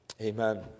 Amen